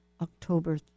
October